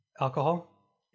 alcohol